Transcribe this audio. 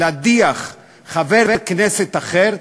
להדיח חבר כנסת אחר,